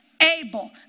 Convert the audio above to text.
able